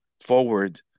forward